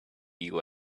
you